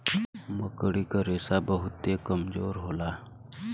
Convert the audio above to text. मकड़ी क रेशा बहुते कमजोर होला